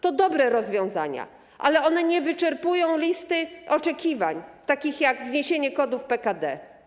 To dobre rozwiązania, ale one nie wyczerpują listy oczekiwań, takich jak zniesienie kodów PKD.